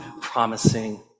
promising